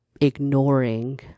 ignoring